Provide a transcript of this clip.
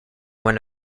when